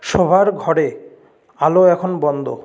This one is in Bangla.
শোবার ঘরে আলো এখন বন্ধ